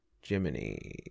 Jiminy